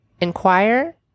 inquire